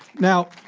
now,